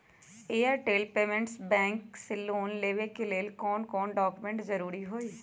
Airtel payments bank से loan लेवे के ले कौन कौन डॉक्यूमेंट जरुरी होइ?